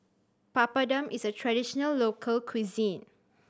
papadum is a traditional local cuisine